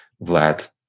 Vlad